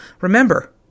remember